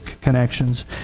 connections